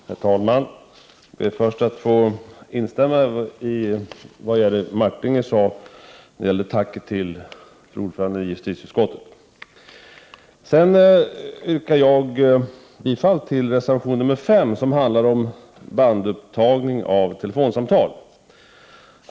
Herr talman! Jag vill först instämma i Jerry Martingers tack till ordföranden i justitieutskottet. Jag yrkar bifall till reservation 5, som handlar om bandupptagning av telefonsamtal.